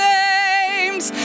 names